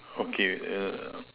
okay err